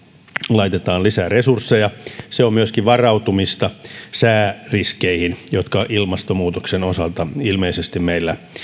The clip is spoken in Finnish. laitetaan lisää resursseja se on myöskin varautumista sääriskeihin jotka ilmastonmuutoksen osalta ilmeisesti meillä